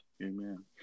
Amen